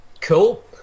Cool